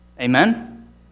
Amen